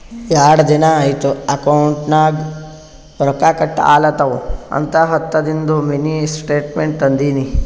ಯಾಡ್ ದಿನಾ ಐಯ್ತ್ ಅಕೌಂಟ್ ನಾಗ್ ರೊಕ್ಕಾ ಕಟ್ ಆಲತವ್ ಅಂತ ಹತ್ತದಿಂದು ಮಿನಿ ಸ್ಟೇಟ್ಮೆಂಟ್ ತಂದಿನಿ